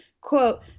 Quote